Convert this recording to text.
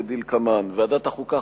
כדלקמן: ועדת החוקה,